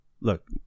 Look